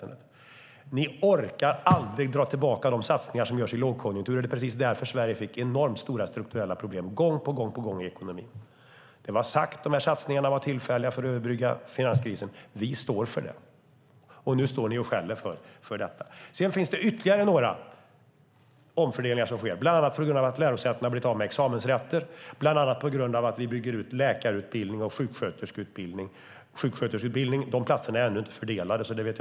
Ni orkar aldrig dra tillbaka de satsningar som görs i lågkonjunktur, därför fick Sverige enorma strukturella problem i ekonomin gång på gång. Det var sagt att satsningarna var tillfälliga för att överbrygga finanskrisen; det står vi för. Nu skäller ni på mig för det. Det sker ytterligare några omfördelningar bland annat beroende på att lärosätena har blivit av med examensrätter och att vi bygger ut läkarutbildningen och sjuksköterskeutbildningen. Platserna till sjuksköterskeutbildningen är ännu inte fördelade.